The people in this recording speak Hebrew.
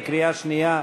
בקריאה שנייה,